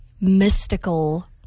mystical